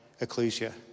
ecclesia